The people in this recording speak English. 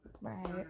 Right